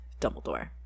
dumbledore